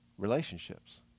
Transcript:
relationships